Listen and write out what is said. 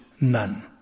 none